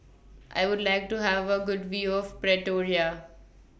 I Would like to Have A Good View of Pretoria